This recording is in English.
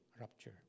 rupture